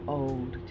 old